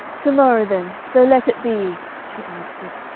to-morrow, then, so let it be she answered.